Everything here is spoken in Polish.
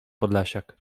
podlasiak